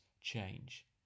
change